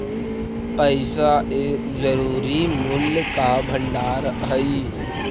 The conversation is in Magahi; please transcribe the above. पैसा एक जरूरी मूल्य का भंडार हई